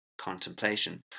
contemplation